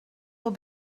will